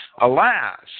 Alas